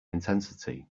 intensity